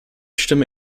stimme